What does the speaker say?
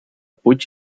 puig